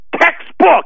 Textbook